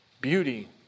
beauty